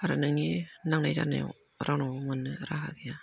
आरो नोंनि नांनाय जानायाव रावनावबो मोननायनि राहा गैया